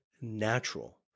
natural